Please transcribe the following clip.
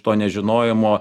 to nežinojimo